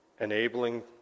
enabling